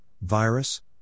virus